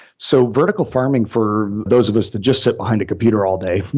so vertical farming for those of us that just sit behind a computer all day